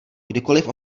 kdykoliv